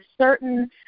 certain